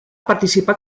participà